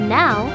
now